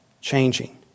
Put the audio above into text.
changing